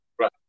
Right